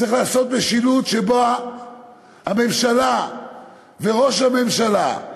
צריך לעשות משילות שבה הממשלה וראש הממשלה,